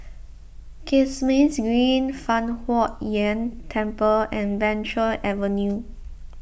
Kismis Green Fang Huo Yuan Temple and Venture Avenue